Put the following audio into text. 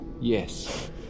Yes